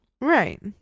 Right